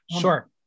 Sure